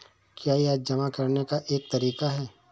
क्या यह जमा करने का एक तरीका है?